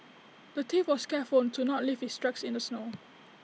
the thief was careful to not leave his tracks in the snow